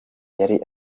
yari